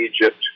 Egypt